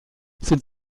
sind